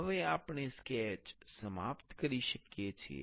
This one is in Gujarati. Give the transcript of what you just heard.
હવે આપણે સ્કેચ સમાપ્ત કરી શકીએ છીએ